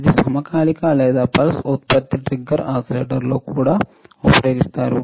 ఇది సమకాలీక లేదా పల్స్ ఉత్పత్తి ట్రిగ్గర్ ఓసిలేటర్ల లో కూడా ఉపయోగిస్తారు